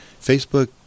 Facebook